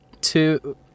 two